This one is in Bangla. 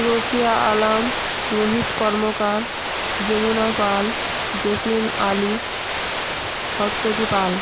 রোফিয়া আলাম রোহিত কর্মকার যমুনা পাল জেসমিন আলি হর্তকি পাল